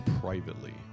privately